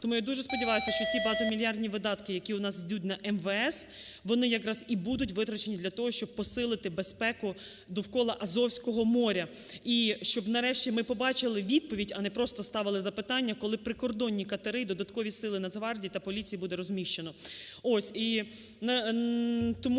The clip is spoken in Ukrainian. Тому я дуже сподіваюся, що ці багатомільярдні видатки, які у нас ідуть на МВС, вони якраз і будуть витрачені для того, щоб посилити безпеку довкола Азовського моря. І щоб, нарешті, ми побачили відповідь, а непросто ставили запитання, коли прикордонні катери, додаткові сили Нацгвардії та поліції буде розміщено.